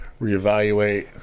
reevaluate